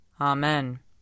Amen